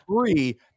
three